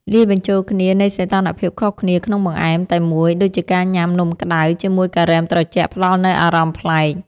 លាយបញ្ចូលគ្នានៃសីតុណ្ហភាពខុសគ្នាក្នុងបង្អែមតែមួយដូចជាការញ៉ាំនំក្ដៅជាមួយការ៉េមត្រជាក់ផ្ដល់នូវអារម្មណ៍ប្លែក។